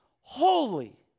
holy